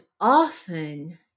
often